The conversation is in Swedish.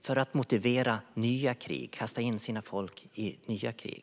för att motivera nya krig och kasta in sina folk i dem.